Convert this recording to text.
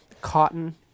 Cotton